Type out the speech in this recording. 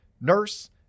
nurse